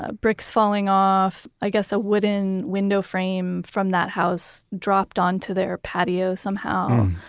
ah bricks falling off, i guess a wooden window frame from that house dropped onto their patio somehow.